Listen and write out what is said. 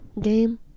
game